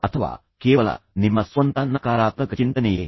ಅಥವಾ ಕೇವಲ ನಿಮ್ಮ ಸ್ವಂತ ನಕಾರಾತ್ಮಕ ಚಿಂತನೆಯೇ